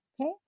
okay